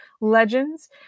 legends